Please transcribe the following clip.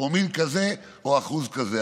פרומיל כזה או אחוז כזה,